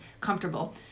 comfortable